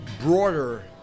broader